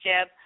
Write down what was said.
Jeb